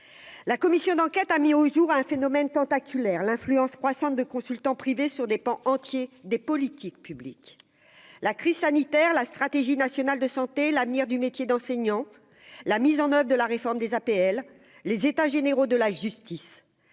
la commission d'enquête a mis au jour un phénomène tentaculaire, l'influence croissante de consultants privés sur des pans entiers des politiques publiques, la crise sanitaire, la stratégie nationale de santé, l'avenir du métier d'enseignant, la mise en oeuvre de la réforme des APL, les états généraux de la justice,